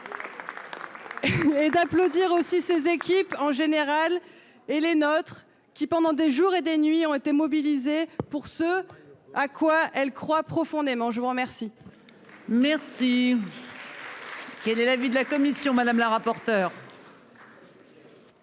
Et d'applaudir aussi ses équipes en général et les nôtres qui pendant des jours et des nuits ont été mobilisés pour ce à quoi elle croit profondément. Je vous remercie.